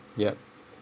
yup